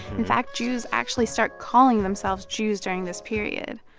in fact, jews actually start calling themselves jews during this period.